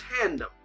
tandem